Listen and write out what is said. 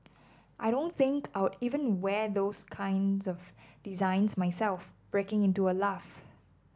I don't think I'd even wear those kinds of designs myself breaking into a laugh